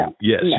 yes